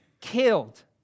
Killed